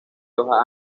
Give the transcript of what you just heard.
hoja